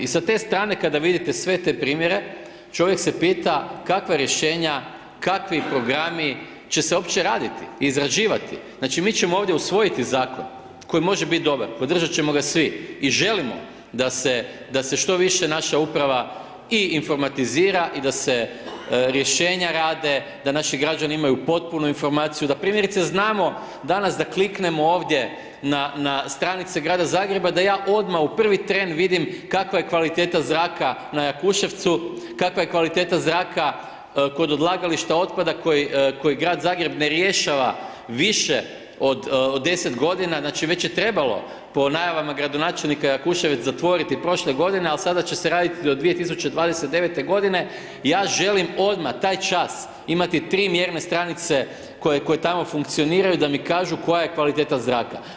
I sa te strane kada vidite sve te primjere čovjek se pita kakva rješenja, kakvi programi će se opće raditi, izrađivati, znači mi ćemo ovdje usvojiti zakon koji može biti dobar, podržat ćemo ga svi i želimo da se što više naša uprava i informatizira i da se rješenja rade, da naši građani imaju potpunu informaciju, da primjerice znamo danas da kliknemo ovdje na, na stranice Grada Zagreba da ja odmah u prvi tren vidim kakva je kvaliteta zraka na Jakuševcu, kakva je kvaliteta zraka kod odlagališta otpada koji Grad Zagreb ne rješava više od 10 godina, znači već je trebalo po najavama gradonačelnika Jakuševec zatvoriti prošle godine, ali sada će se raditi do 2029. ja želim odmah taj čas imati 3 mjerne stanice koje tamo funkcioniraju da mi kažu koja je kvaliteta zraka.